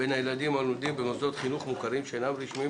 בין הילדים הלומדים במוסדות חינוך מוכרים שאינם רשמיים